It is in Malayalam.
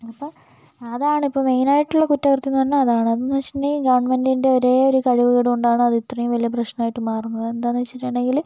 അപ്പം അതാണിപ്പോൾ മെയിൻ ആയിട്ടുള്ള കുറ്റകൃത്യമെന്ന് പറഞ്ഞാൽ അതാണ് അതെന്ന് വെച്ചിട്ടുണ്ടെങ്കിൽ ഗവൺമെൻറ്റിൻ്റെ ഒരേയൊരു കഴിവുകേട് കൊണ്ടാണ് അതിത്രേം വലിയ പ്രശ്നമായിട്ട് മാറുന്നത് അതെന്താന്ന് വെച്ചിട്ടുണ്ടെങ്കിൽ